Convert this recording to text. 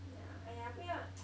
yeah !aiya! 不要